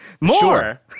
More